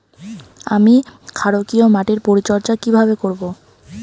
আমি ক্ষারকীয় মাটির পরিচর্যা কিভাবে করব?